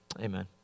Amen